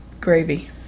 Gravy